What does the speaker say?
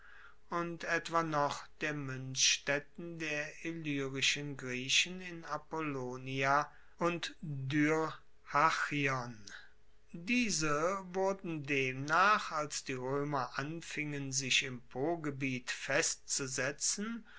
und etwa noch der muenzstaetten der illyrischen griechen in apollonia und dyrrhachion diese wurden demnach als die roemer anfingen sich im pogebiet festzusetzen